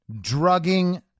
drugging